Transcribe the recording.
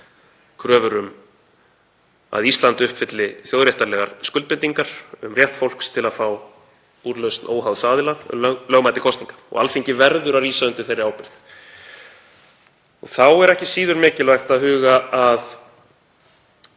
kröfur um að Ísland uppfylli þjóðréttarlegar skuldbindingar um rétt fólks til að fá úrlausn óháðs aðila um lögmæti kosninga og Alþingi verður að rísa undir þeirri ábyrgð. Þá er ekki síður mikilvægt að huga að